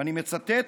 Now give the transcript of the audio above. ואני מצטט: